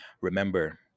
Remember